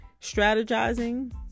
strategizing